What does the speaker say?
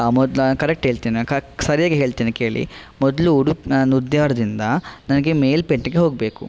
ಮೊದ್ಲು ನಾನು ಕರೆಕ್ಟ್ ಹೇಳ್ತೆನೆ ಕರ್ ಸರಿಯಾಗಿ ಹೇಳ್ತೆನೆ ಕೇಳಿ ಮೊದಲು ಉಡುಪಿ ನಾನು ಉದ್ಯಾವರದಿಂದ ನನಗೆ ಮೇಲ್ಪೇಟೆಗೆ ಹೋಗಬೇಕು